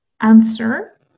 answer